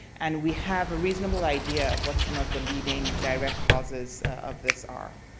and we have a reasonable idea of what some of the leading direct causes of this are.